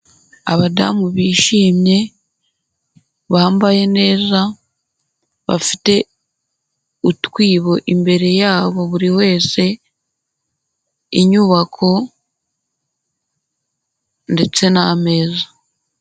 Abadamu bishimye, bambaye neza, bafite utwibo imbere yabo buriwese, inyubako, ndetse n'ameza.